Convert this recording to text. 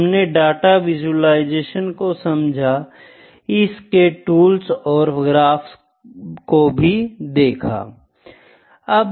हमने data visualisation को समझा इसके टूल्स और ग्राफ भी प्रयोग किये